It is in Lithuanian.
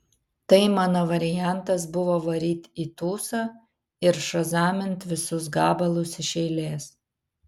tai mano variantas buvo varyt į tūsą ir šazamint visus gabalus iš eilės